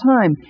time